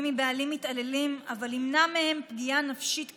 מבעלים מתעללים אבל ימנע מהם פגיעה נפשית קשה,